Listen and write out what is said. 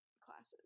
classes